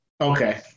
Okay